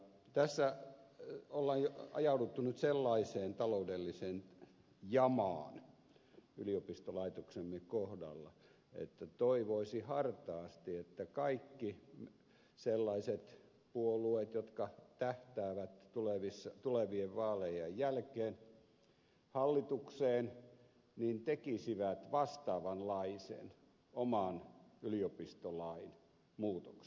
tässä on ajauduttu nyt sellaiseen taloudelliseen jamaan yliopistolaitoksemme kohdalla että toivoisi hartaasti että kaikki sellaiset puolueet jotka tähtäävät tulevien vaalien jälkeen hallitukseen tekisivät vastaavanlaisen oman yliopistolain muutoksen